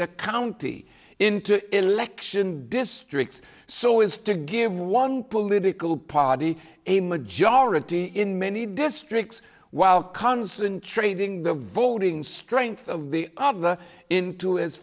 a county into election districts so is to give one political party a majority in many districts while concentrating the voting strength of the other into as